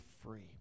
free